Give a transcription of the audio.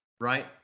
Right